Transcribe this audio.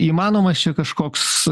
įmanomas čia kažkoks